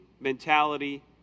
mentality